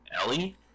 Ellie